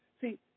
See